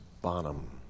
Bonham